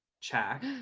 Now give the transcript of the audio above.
check